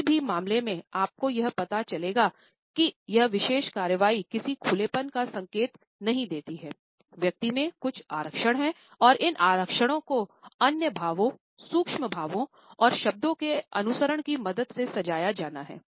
किसी भी मामले में आप को यह पता चलेगा कि यह विशेष कार्रवाई किसी खुलेपन का संकेत नहीं देती हैव्यक्ति में कुछ आरक्षण हैं और इन आरक्षणों को अन्य भावों सूक्ष्म भावों और शब्दों के अनुसरण की मदद से सजाया जाना है